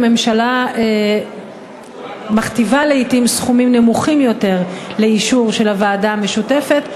הממשלה מכתיבה לעתים סכומים נמוכים יותר לאישור של הוועדה המשותפת.